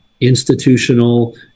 institutional